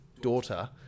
daughter